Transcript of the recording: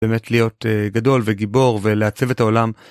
באמת להיות גדול וגיבור ולעצב את העולם.